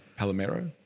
Palomero